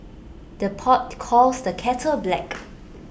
the pot calls the kettle black